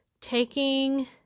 taking